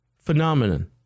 phenomenon